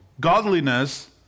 godliness